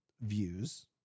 views